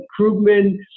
Krugman